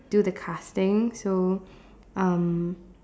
do the casting so um